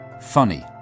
funny